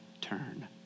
turn